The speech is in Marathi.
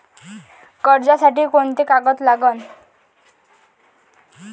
कर्जसाठी कोंते कागद लागन?